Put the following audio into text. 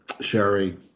Sherry